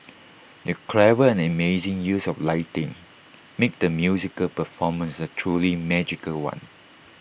the clever and amazing use of lighting made the musical performance A truly magical one